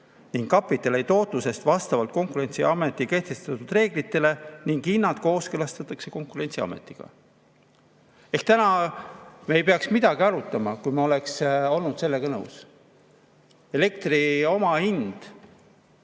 ning kapitali tootlusest vastavalt Konkurentsiameti kehtestatud reeglitele ning hinnad kooskõlastatakse Konkurentsiametiga." Ehk täna me ei peaks midagi arutama, kui me oleks sellega nõus olnud. Elektri omahind